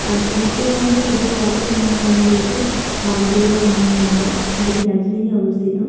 কাছ উত্তরবঙ্গের সব চেয়ে কাছের বিমান বন্দর রয়েছে বাগডোগরা বিমান বন্দর যেটা দার্জিলিংয়ে অবস্থিত